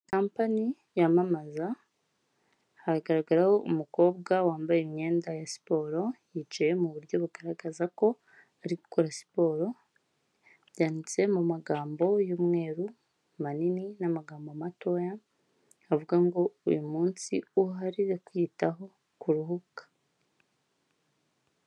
Kampani yamamaza, hagaragaraho umukobwa wambaye imyenda ya siporo, yicaye mu buryo bugaragaza ko ari gukora siporo, byanditse mu magambo y'umweru, manini n'amagambo matoya, avuga ngo uyu munsi uhariwe kwitaho ku rubuga.